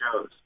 shows